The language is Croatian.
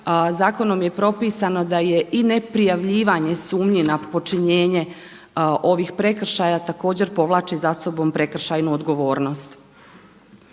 Zakonom je propisano da je i ne prijavljivanje sumnji na počinjenje ovih prekršaja također povlači za sobom prekršajnu odgovornost.